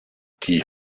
die